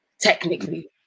technically